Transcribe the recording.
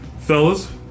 Fellas